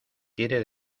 quiere